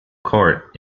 quart